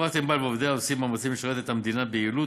חברת "ענבל" ועובדיה עושים מאמצים לשרת את המדינה ביעילות,